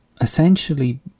essentially